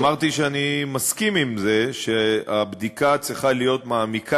אני אמרתי שאני מסכים לזה שהבדיקה צריכה להיות מעמיקה